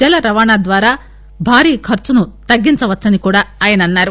జల రవాణా ద్వారా భారీ ఖర్చును తగ్గించవచ్చని కూడా ఆయన అన్నారు